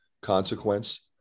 consequence